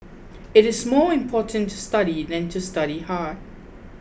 it is more important to study than to study hard